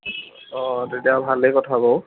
অঁ তেতিয়া ভালেই কথা বাৰু